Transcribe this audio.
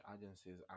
agencies